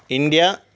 India